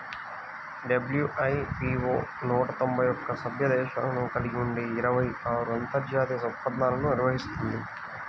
WIPO నూట తొంభై ఒక్క సభ్య దేశాలను కలిగి ఉండి ఇరవై ఆరు అంతర్జాతీయ ఒప్పందాలను నిర్వహిస్తుంది